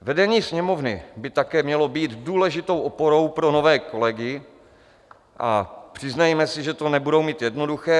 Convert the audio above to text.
Vedení Sněmovny by také mělo být důležitou oporou pro nové kolegy a přiznejme si, že to nebudou mít jednoduché.